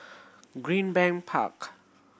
Greenbank Park